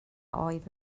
oedd